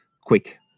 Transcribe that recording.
quick